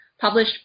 published